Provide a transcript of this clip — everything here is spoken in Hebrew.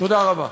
תודה רבה.